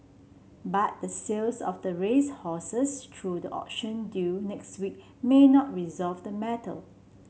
but the sales of the racehorses through the auction due next week may not resolve the matter